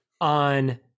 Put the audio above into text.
on